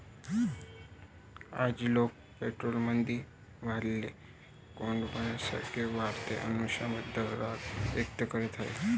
आज, लोक पोल्ट्रीमध्ये वाढलेल्या कोंबड्यांसह वाढत्या अमानुषतेबद्दल राग व्यक्त करीत आहेत